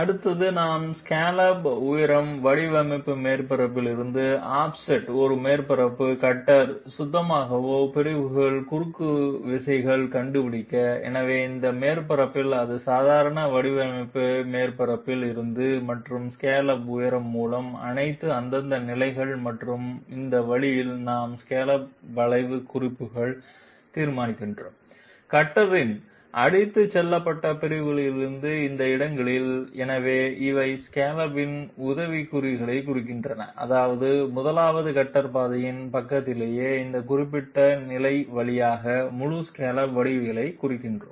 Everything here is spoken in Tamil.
அடுத்து நாம் ஸ்கேலோப் உயரம் வடிவமைப்பு மேற்பரப்பில் இருந்து ஆஃப்செட் ஒரு மேற்பரப்பு கட்டர் சுத்தமாகவே பிரிவுகள் குறுக்குவிசைகள் கண்டுபிடிக்க எனவே இந்த மேற்பரப்பில் அது சாதாரண வடிவமைப்பு மேற்பரப்பில் இருந்து மற்றும் ஸ்கேலோப் உயரம் மூலம் அனைத்து அந்தந்த நிலைகள் மற்றும் இந்த வழியில் நாம் ஸ்கேலோப் வளைவு குறிப்புகள் தீர்மானிக்கிறோம் கட்டரின் அடித்துச் செல்லப்பட்ட பிரிவுகளில் இந்த இடங்களில் எனவே இவை ஸ்காலப்பின் உதவிக்குறிப்புகளைக் குறிக்கின்றன அதாவது 1 வது கட்டர் பாதையின் பக்கத்திலேயே இந்த குறிப்பிட்ட நிலை வழியாக முழு ஸ்காலப் வடிவவியலையும் குறிக்கிறேன்